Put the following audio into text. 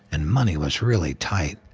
and money was really tight,